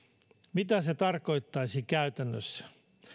mitä se tarkoittaisi käytännössä